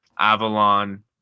Avalon